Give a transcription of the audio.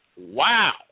Wow